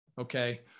Okay